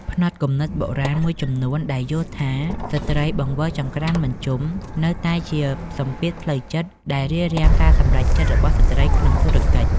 ផ្នត់គំនិតបុរាណមួយចំនួនដែលយល់ថា "ស្ត្រីបង្វិលចង្ក្រានមិនជុំ" នៅតែជាសម្ពាធផ្លូវចិត្តដែលរារាំងការសម្រេចចិត្តរបស់ស្ត្រីក្នុងធុរកិច្ច។